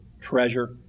treasure